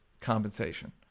compensation